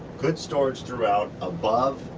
good storage throughout, above,